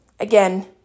Again